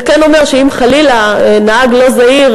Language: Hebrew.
זה כן אומר שאם חלילה נהג לא זהיר,